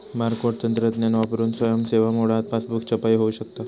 barcode तंत्रज्ञान वापरून स्वयं सेवा मोडात पासबुक छपाई होऊ शकता